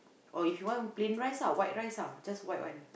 or if you want plain rice lah white rice lah just white one